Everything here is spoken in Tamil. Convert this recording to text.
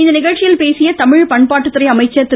இந்நிகழ்ச்சியில் பேசிய தமிழ் பண்பாட்டுத்துறை அமைச்சர் திரு